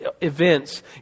events